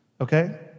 Okay